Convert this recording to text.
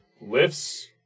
lifts